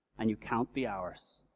and you count the hours.